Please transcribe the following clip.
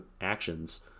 actions